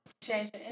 Change